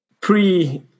pre